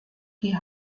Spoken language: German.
die